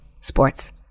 sports